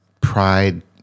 Pride